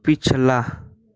पिछला